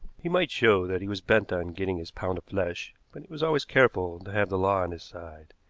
he might show that he was bent on getting his pound of flesh, but he was always careful to have the law on his side.